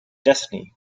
destiny